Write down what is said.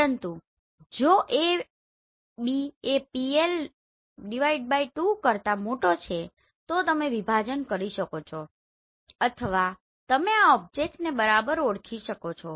પરંતુ જો A B એ PL 2 કરતા મોટો છે તો તમે વિભાજન કરી શકો છો અથવા તમે આ ઓબ્જેક્ટ્સને બરાબર ઓળખી શકો છો